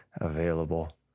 available